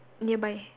nearby